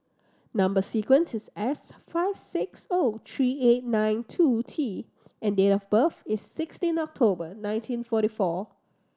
number sequence is S five six O three eight nine two T and date of birth is sixteen October nineteen forty four